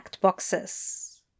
boxes